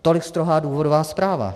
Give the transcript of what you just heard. Tolik strohá důvodová zpráva.